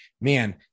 man